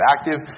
Active